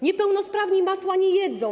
Niepełnosprawni masła nie jedzą.